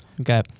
Okay